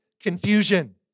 confusion